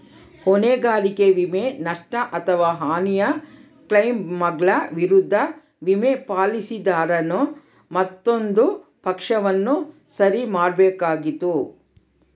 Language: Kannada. ಹೊಣೆಗಾರಿಕೆ ವಿಮೆ, ನಷ್ಟ ಅಥವಾ ಹಾನಿಯ ಕ್ಲೈಮ್ಗಳ ವಿರುದ್ಧ ವಿಮೆ, ಪಾಲಿಸಿದಾರನು ಮತ್ತೊಂದು ಪಕ್ಷವನ್ನು ಸರಿ ಮಾಡ್ಬೇಕಾತ್ತು